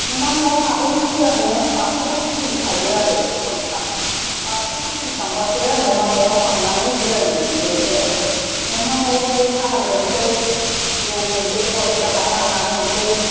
न'मा न'आव हाबैनि सिगांनो बाथौखौ गिदिंखायो आरो खनथाम बाथौखौ गिदिंखांबासो न'मा न'आव हाबनानै जिराइनो मोनो जोंना न'मा न'आव ओमफ्राय साहा लोंसै जौ होनसै हौवा गोदाना रानना होनसै